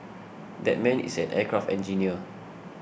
that man is an aircraft engineer